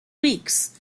weeks